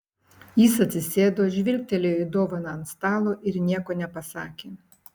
jis atsisėdo žvilgtelėjo į dovaną ant stalo ir nieko nepasakė